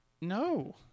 No